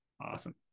Awesome